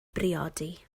briodi